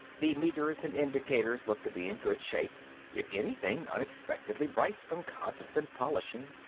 the meters and indicators looked to be in good shape if anything, unexpectedly bright from constant polishing.